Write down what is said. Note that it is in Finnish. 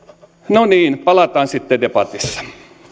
no niin palataan sitten debatissa